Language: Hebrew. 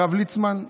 הרב ליצמן,